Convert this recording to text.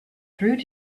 through